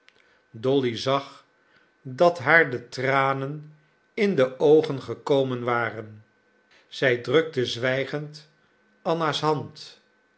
dolly zag dat haar de tranen in de oogen gekomen waren zij drukte zwijgend anna's hand